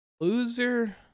Loser